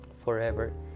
forever